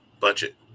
budget